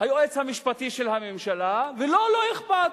כמו היועץ המשפטי לממשלה, ולו לא אכפת.